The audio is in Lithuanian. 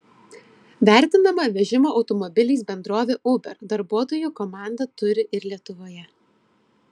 vertinama vežimo automobiliais bendrovė uber darbuotojų komandą turi ir lietuvoje